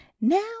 Now